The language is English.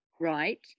Right